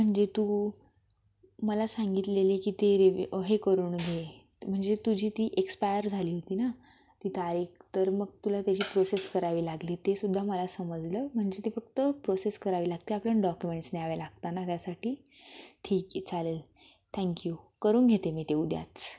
म्हणजे तू मला सांगितलेली की ते रिव हे करून घे म्हणजे तुझी ती एक्सपायर झाली होती ना ती तारीख तर मग तुला त्याची प्रोसेस करावी लागली ती सुद्धा मला समजलं म्हणजे ती फक्त प्रोसेस करावी लागते आपण डॉक्युमेंट्स न्यावे लागतात ना त्यासाठी ठीक आहे चालेल थँक्यू करून घेते मी ते उद्याच